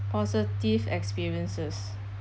positive experiences